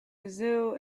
brazil